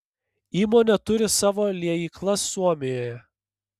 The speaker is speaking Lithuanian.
įmonė turi savo liejyklas suomijoje